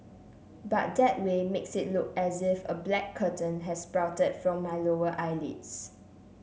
but that way makes it look as if a black curtain has sprouted from my lower eyelids